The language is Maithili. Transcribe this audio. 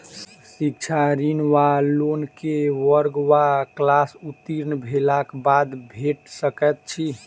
शिक्षा ऋण वा लोन केँ वर्ग वा क्लास उत्तीर्ण भेलाक बाद भेट सकैत छी?